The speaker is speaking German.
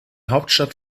hauptstadt